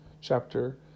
chapter